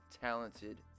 talented